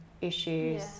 issues